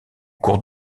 cours